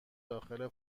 داخل